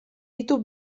ditu